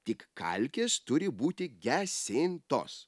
tik kalkės turi būti gesintos